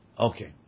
Okay